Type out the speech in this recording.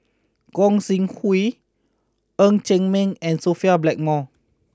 Gog Sing Hooi Ng Chee Meng and Sophia Blackmore